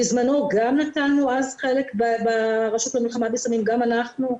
בזמנו נטלו חלק עם הרשות למלחמה בסמים, גם אנחנו,